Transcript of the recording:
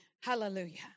Hallelujah